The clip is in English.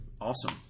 Awesome